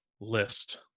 list